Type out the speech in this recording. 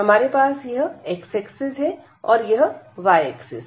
हमारे पास यह x एक्सिस है और यह y एक्सिस